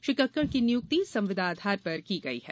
श्री कक्कड की नियुक्ति संविदा आधार पर की गई है